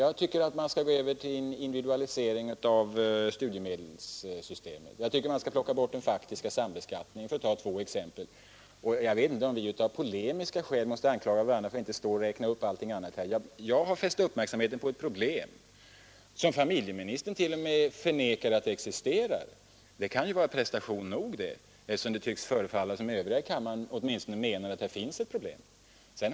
Jag tycker att man skall gå över till en individualisering av studiemedelssystemet och att man skall plocka bort den faktiska sambeskattningen, för att ta två exempel. Jag vet inte om vi av polemiska skäl måste anklaga varandra för att inte räkna upp alla sådana uppfattningar. Jag har fäst uppmärksamheten på ett problem — familjeministern förnekar t.o.m. att det existerar — och det kan väl vara prestation nog. De övriga i kammaren förefaller åtminstone anse att det finns ett sådant problem.